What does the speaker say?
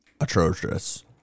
atrocious